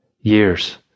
Years